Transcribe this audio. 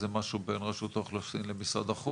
זה משהו בין רשות האוכלוסין למשרד החוץ?